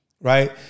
right